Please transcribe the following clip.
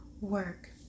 work